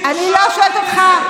אני לא שואלת אותך,